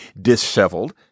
disheveled